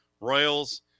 Royals